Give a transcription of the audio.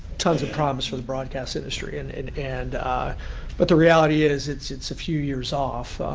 tons of promise for the broadcast industry. and and and but the reality is it's it's a few years off.